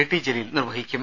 T Jaleel നിർവഹിക്കും